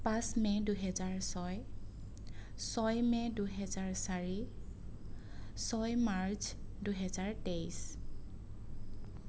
পাঁচ মে' দুহেজাৰ ছয় ছয় মে' দুহেজাৰ চাৰি ছয় মাৰ্চ দুহেজাৰ তেইছ